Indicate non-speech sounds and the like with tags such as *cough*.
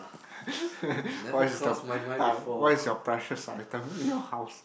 *laughs* what is the *laughs* ya what is your precious item in your house